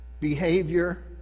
behavior